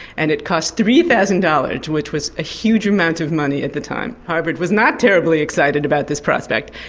and it cost three thousand dollars, which was a huge amount of money at the time. harvard was not terribly excited about this prospect.